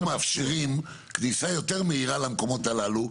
מאפשרים כניסה יותר מהירה למקומות הללו,